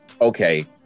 okay